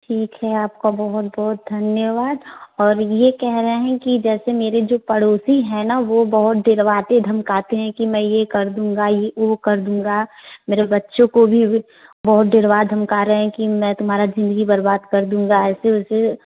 ठीक है आपका बहुत बहुत धन्यवाद और यह कह रहे हैं कि जैसे मेरे जो पड़ोसी हैं ना वह बहुत डरवाते धमकाते हैं कि मैं यह कर दूँगा वह कर दूँगा मेरे बच्चों को भी अभी बहुत डरवा धमका रहे हैं कि मैं तुम्हारा ज़िंदगी बर्बाद कर दूँगा ऐसे वैसे